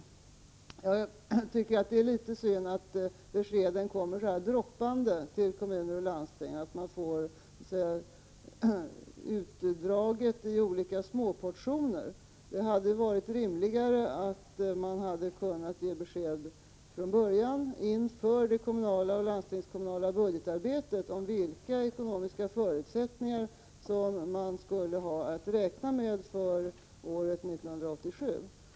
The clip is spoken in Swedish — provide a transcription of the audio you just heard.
Jag tycker att det är litet synd att beskeden kommer droppande i små portioner till kommuner och landsting. Det hade varit rimligare att ge besked från början, inför det kommunala och landstingskommunala budgetarbetet, om vilka förutsättningar som man skulle ha att räkna med för år 1987.